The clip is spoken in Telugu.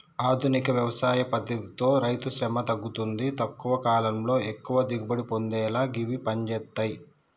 ఆధునిక వ్యవసాయ పద్దతితో రైతుశ్రమ తగ్గుతుంది తక్కువ కాలంలో ఎక్కువ దిగుబడి పొందేలా గివి పంజేత్తయ్